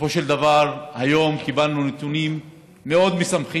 ובסופו של דבר היום קיבלנו נתונים מאוד משמחים,